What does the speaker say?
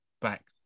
back